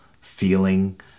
feeling